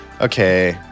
okay